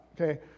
okay